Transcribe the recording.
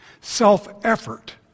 Self-effort